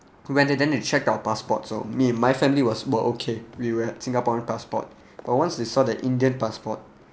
we went then they check our passports so me my family was we're okay we had singaporean passport but once they saw the indian passport